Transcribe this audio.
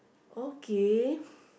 okay